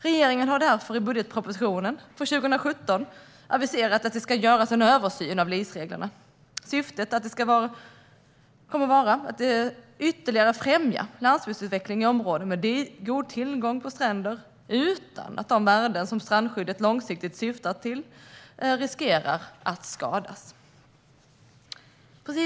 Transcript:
Regeringen har därför i budgetpropositionen för 2017 aviserat att det ska göras en översyn av LIS-reglerna. Syftet med översynen ska vara att ytterligare främja landsbygdsutveckling i områden med god tillgång till stränder utan att de värden som strandskyddet långsiktigt syftar till att skydda riskerar att skadas.